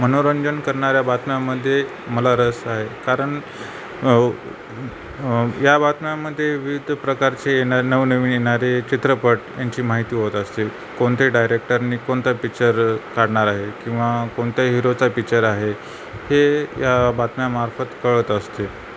मनोरंजन करणाऱ्या बातम्यामध्ये मला रस आहे कारण या बातम्यामध्ये विविध प्रकारचे येन नवनवीन येणारे चित्रपट यांची माहिती होत असते कोणते डायरेक्टरनी कोणता पिचर काढणार आहे किंवा कोणत्या हिरोचा पिच्चर आहे हे या बातम्यामार्फत कळत असते